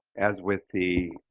as with the